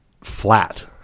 flat